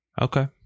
Okay